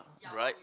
right